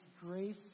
grace